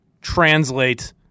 translate